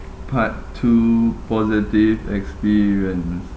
part two positive experience